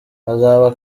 bazaba